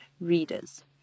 readers